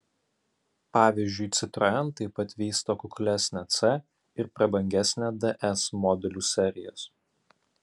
pavyzdžiui citroen taip pat vysto kuklesnę c ir prabangesnę ds modelių serijas